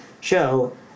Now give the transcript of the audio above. show